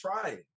trying